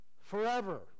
forever